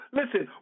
listen